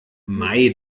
mei